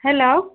hello